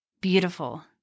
beautiful